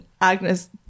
Agnes